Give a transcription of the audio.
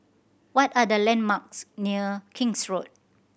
what are the landmarks near King's Road